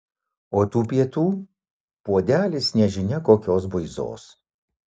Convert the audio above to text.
o tų pietų puodelis nežinia kokios buizos